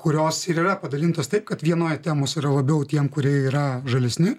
kurios ir yra padalintos taip kad vienoj temos yra labiau tiem kurie yra žalesni